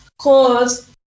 cause